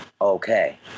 okay